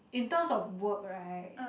in terms of work right